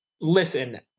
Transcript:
listen